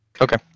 Okay